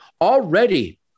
Already